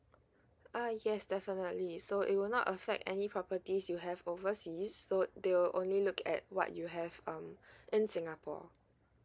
uh yes definitely so it will not affect any properties you have overseas so they will only look at what you have um in singapore